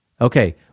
Okay